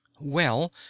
Well